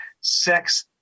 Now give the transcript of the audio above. sex